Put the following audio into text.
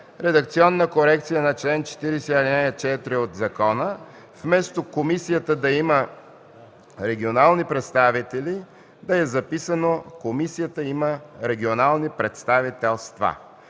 редакционна корекция на чл. 40, ал. 4 от закона: вместо „комисията да има регионални представители”, да е записано „комисията има регионални представителства”.